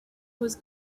was